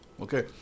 Okay